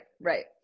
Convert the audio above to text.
right